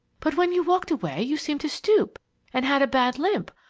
but when you walked away you seemed to stoop and had a bad limp!